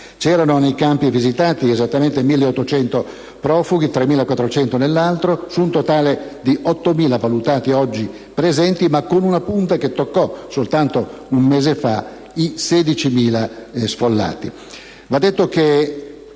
In uno dei campi visitati c'erano esattamente 1.800 profughi, 3.400 nell'altro, su un totale di 8.000 valutati oggi presenti, ma con una punta che ha toccato soltanto un mese fa i 16.000 sfollati.